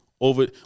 over